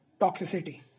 toxicity